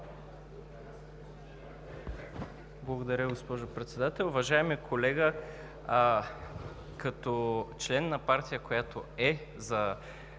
Благодаря, госпожо Председател. Уважаеми колега, като член на партия, която е за